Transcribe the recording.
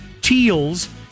teals